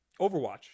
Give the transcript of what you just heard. Overwatch